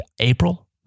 April